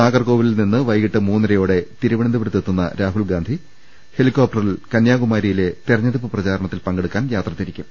നാഗർകോവിലിൽ നിന്ന് വൈകിട്ട് മൂന്നരയോടെ തിരുവനന്തപുരത്തെത്തുന്ന രാഹുൽഗാന്ധി ഹെലി കോപ്റ്ററിൽ കന്യാകുമാരിയിലെ തെരഞ്ഞെടുപ്പ് പ്രചാരണത്തിൽ പങ്കെടു ക്കാൻ യാത്ര തിരിക്കും